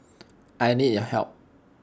I need your help